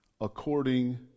according